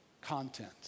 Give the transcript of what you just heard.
content